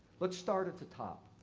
let's start at the top.